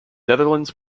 netherlands